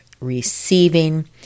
receiving